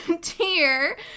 tier